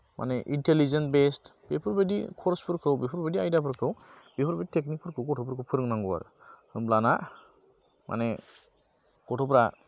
माने intelligence base बेफोरबायदि खर्सफोरखौ बेफोरबायदि आयदाफोरखौ बेफोरबायदि टेकनिक फोरखौ गथ'फोरखौ फोरोंनांगौ आरो होमब्लाना माने गथ'फ्रा